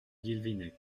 guilvinec